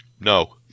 No